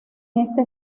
este